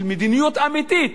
של מדיניות אמיתית